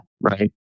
Right